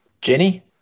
Jenny